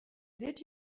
did